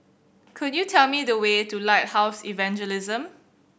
could you tell me the way to Lighthouse Evangelism